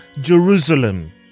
Jerusalem